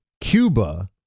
Cuba